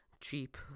cheap